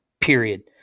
period